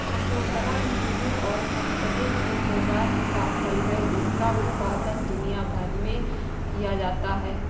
चकोतरा नींबू और संतरे की प्रजाति का फल है जिसका उत्पादन दुनिया भर में किया जाता है